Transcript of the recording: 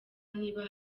niba